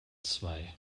zwei